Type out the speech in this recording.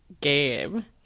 game